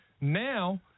now